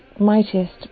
mightiest